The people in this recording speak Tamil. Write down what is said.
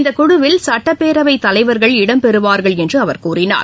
இந்தக் குழுவில் சட்டப்பேரவைத் தலைவர்கள் இடம் பெறுவார்கள் என்று கூறினார்